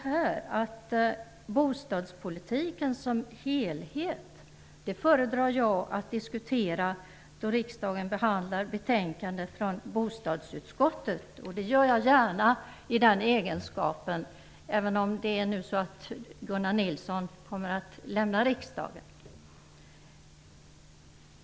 Jag föredrar att diskutera bostadspolitiken som helhet när riksdagen behandlar betänkanden från bostadsutskottet. Det gör jag gärna, även om Gunnar Nilsson nu kommer att lämna riksdagen.